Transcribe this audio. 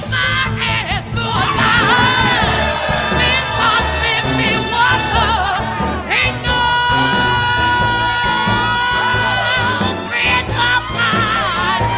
are